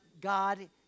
God